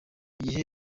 gihe